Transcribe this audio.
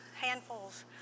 handfuls